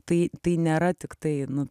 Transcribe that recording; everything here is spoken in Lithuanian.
tai tai nėra tiktai nu